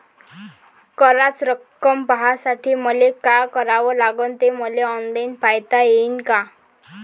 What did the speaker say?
कराच रक्कम पाहासाठी मले का करावं लागन, ते मले ऑनलाईन पायता येईन का?